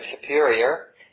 superior